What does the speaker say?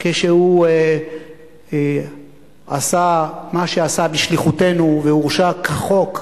כשהוא עשה מה שעשה בשליחותנו והורשע כחוק,